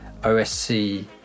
OSC